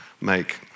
make